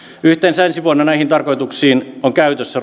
yhteensä ensi vuonna näihin tarkoituksiin on käytössä